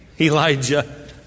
Elijah